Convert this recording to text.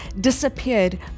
disappeared